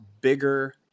bigger